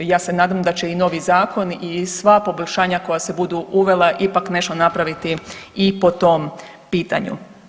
Ja se nadam da će i novi zakon i sva poboljšanja koja se budu uvela ipak nešto napraviti i po tom pitanju.